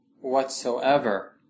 whatsoever